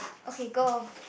okay go